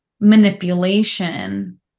manipulation